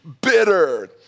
bitter